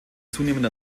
zunehmend